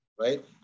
right